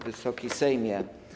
Wysoki Sejmie!